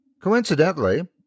Coincidentally